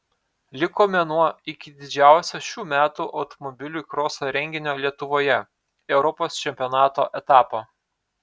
liko mėnuo iki didžiausio šių metų automobilių kroso renginio lietuvoje europos čempionato etapo